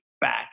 back